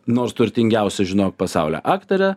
nors turtingiausia žinok pasaulio aktorė